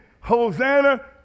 Hosanna